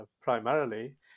primarily